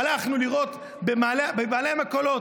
הלכנו לראות בעלי מכולות,